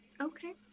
okay